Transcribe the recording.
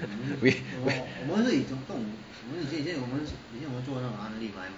we we